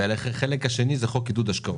החלק שני זה חוק עידוד השקעות.